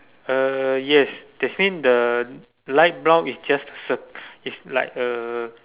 uh yes that's means the light brown is just cir~ it's like a